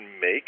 make